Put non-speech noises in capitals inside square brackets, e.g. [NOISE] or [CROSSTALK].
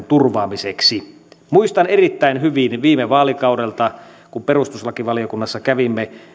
[UNINTELLIGIBLE] turvaamiseksi muistan erittäin hyvin viime vaalikaudelta kun perustuslakivaliokunnassa kävimme